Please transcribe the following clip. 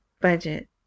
Budget